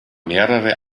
mehrere